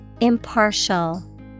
Impartial